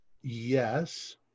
yes